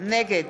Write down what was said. נגד